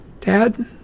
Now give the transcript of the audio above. Dad